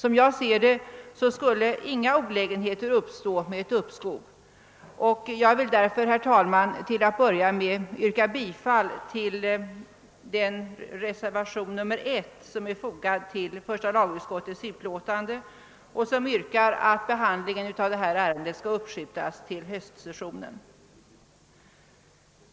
Enligt min mening skulle inga olägenheter uppstå vid ett uppskov, och jag vill därför, herr talman, till att börja med yrka bifall till reservationen 1 vid första lagutskottets utlåtande där det yrkas att behandlingen av detta ärende skall uppskjutas till höstsessionen.